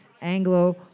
Anglo